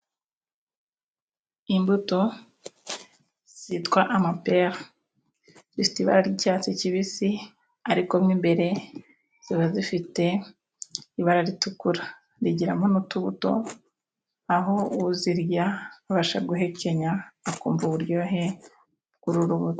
Imbuto zitwa amapera zifite ibara ry'icyatsi kibisi ariko mo imbere ziba zifite ibara ritukura. Rigiramo n'utubuto aho uzirya abasha guhekenya akumva uburyohe bw'uru rubuto.